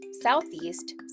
Southeast